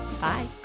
Bye